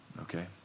Okay